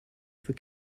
für